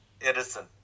Edison